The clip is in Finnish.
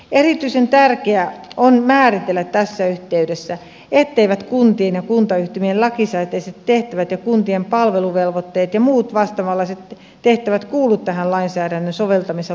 erityisen tärkeää on määritellä tässä yhteydessä etteivät kuntien ja kuntayhtymien lakisääteiset tehtävät ja kuntien palveluvelvoitteet ja muut vastaavanlaiset tehtävät kuulu tähän lainsäädännön soveltamisalan piiriin